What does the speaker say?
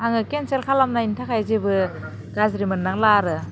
आरो केनसेल खालामनायनि थाखाय जेबो गाज्रि मोननांला आरो